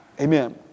Amen